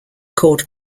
called